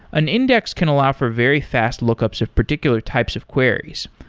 an index can allow for very fast lookups of particular types of queries,